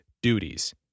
duties